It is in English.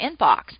inbox